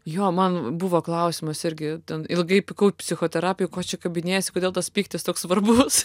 jo man buvo klausimas irgi ten ilgai pykau psichoterapijoj ko čia kabinėjasi kodėl tas pyktis toks svarbus